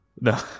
No